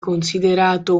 considerato